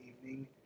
evening